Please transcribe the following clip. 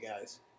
guys